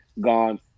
gone